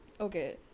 okay